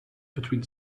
between